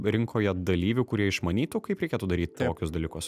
rinkoje dalyvių kurie išmanytų kaip reikėtų daryt tokius dalykus